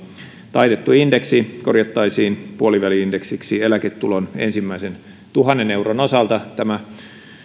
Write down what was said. taitettu indeksi korjattaisiin puoliväli indeksiksi eläketulon ensimmäisen tuhannen euron osalta tämä